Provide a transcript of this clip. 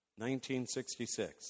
1966